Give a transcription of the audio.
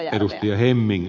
arvoisa puhemies